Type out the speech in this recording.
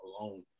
alone